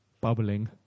bubbling